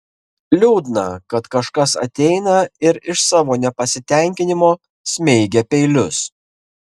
liūdna kad kažkas ateina ir iš savo nepasitenkinimo smeigia peilius